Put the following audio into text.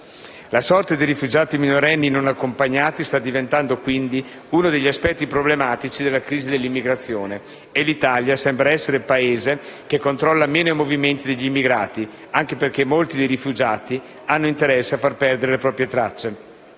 La sorte dei rifugiati minorenni non accompagnati sta quindi diventando uno degli aspetti problematici della crisi dell'immigrazione e l'Italia sembra essere il Paese che controlla meno i movimenti degli immigrati, anche perché molti dei rifugiati hanno interesse a far perdere le proprie tracce.